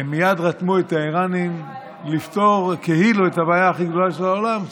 הם מייד רתמו את האיראנים לפתור כאילו את הבעיה הכי גדולה של העולם,